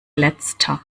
letzter